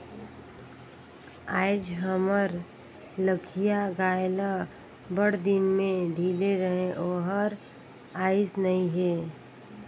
आयज हमर लखिया गाय ल बड़दिन में ढिले रहें ओहर आइस नई हे